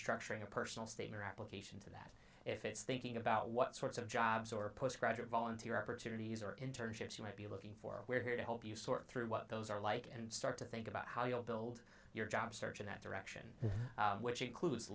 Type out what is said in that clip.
structuring a personal statement application if it's thinking about what sorts of jobs or post graduate volunteer opportunities or internships you might be looking for we're here to help you sort through what those are like and start to think about how you'll build your job search in that direction which includes